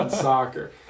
soccer